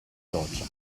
doccia